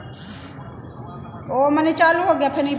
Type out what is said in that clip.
राशि के ऑटोमैटिक और तुरंत डेबिट कार्ड से जमा या काट लेल जा हइ